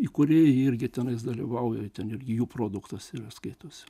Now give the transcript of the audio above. įkūrėjai irgi tenai dalyvauja ten jų produktas skaitosi